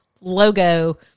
logo